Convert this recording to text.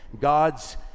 god's